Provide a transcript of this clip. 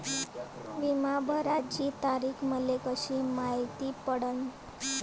बिमा भराची तारीख मले कशी मायती पडन?